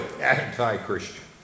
anti-Christian